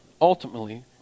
ultimately